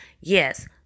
yes